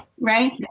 Right